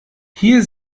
hier